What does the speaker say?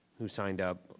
who signed up.